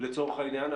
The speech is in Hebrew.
לצורך העניין,